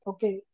Okay